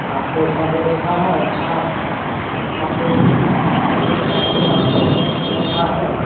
आप कैसा बेचता है अच्छा आप लोग जैसे आपके पास कारीगर सब अच्छा है